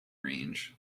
range